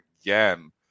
again